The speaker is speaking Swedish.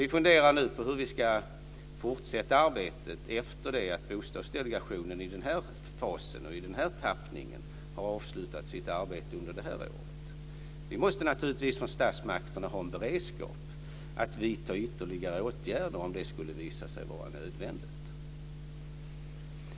Vi funderar nu på hur vi ska fortsätta arbetet efter det att Bostadsdelegationen har avslutat sitt arbete under den här fasen. Vi från statsmakterna måste naturligtvis ha en beredskap för att vidta ytterligare åtgärder om det skulle visa sig vara nödvändigt.